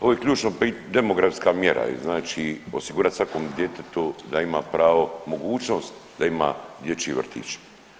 Ovo je ključna demografska mjera i znači osigurati svakom djetetu da ima pravo mogućnost da ima dječji vrtić.